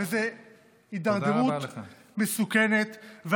וזו הידרדרות מסוכנת, תודה רבה לך.